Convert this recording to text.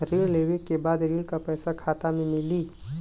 ऋण लेवे के बाद ऋण का पैसा खाता में मिली?